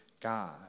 God